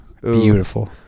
Beautiful